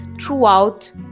throughout